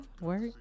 work